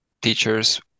teachers